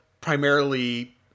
primarily